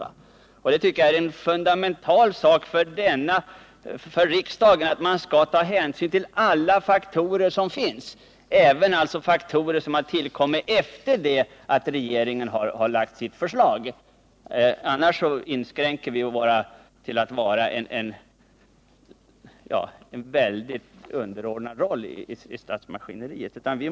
Jag tycker alltså — och det är en fundamental fråga för riksdagen — att man skall ta hänsyn till alla faktorer som föreligger, även sådana som tillkommit efter det att regeringen lagt fram sitt förslag. Annars ger vi riksdagen en mycket underordnad roll i maskineriet.